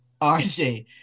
RJ